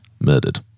murdered